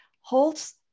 holds